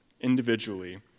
individually